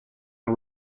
and